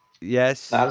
Yes